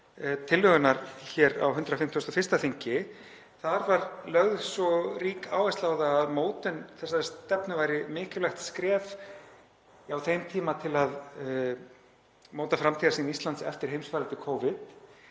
tillögunnar hér á 151. þingi. Þar var lögð rík áhersla á að mótun þessarar stefnu væri mikilvægt skref á þeim tíma til að móta framtíðarsýn Íslands eftir heimsfaraldur